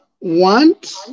want